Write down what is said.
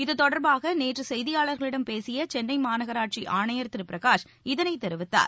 இத்தொடர்பாக நேற்று செய்தியாளர்களிடம் பேசிய சென்னை மாநகராட்சி ஆணையர் திரு பிரகாஷ இதனை தெரிவித்தார்